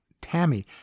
Tammy